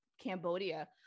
Cambodia